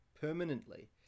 permanently